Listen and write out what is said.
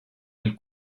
nel